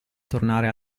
tornare